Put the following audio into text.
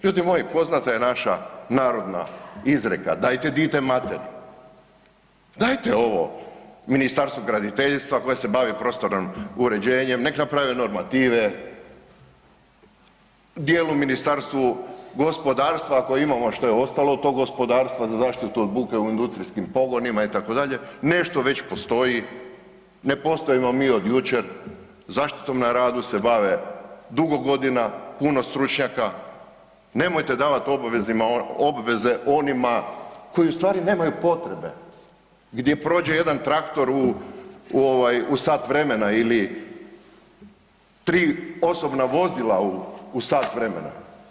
Ljudi moji, poznata je naša narodna izreka „dajte dite materi“, dajte ovo Ministarstvu graditeljstva koje se bavi prostornim uređenjem, nek naprave normative, dijelu Ministarstvu gospodarstva ako imamo što je ostalo od tog gospodarstva, za zaštitu od buke u industrijskim pogonima itd., nešto već postoji, ne postojimo mi od jučer, zaštitom na radu se bave dugo godina puno stručnjaka, nemojte davati obveze onima koji u stvari nemaju potrebe, gdje prođe jedan traktor u, u ovaj sat vremena ili 3 osobna vozila u sat vremena.